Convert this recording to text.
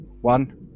one